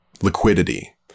liquidity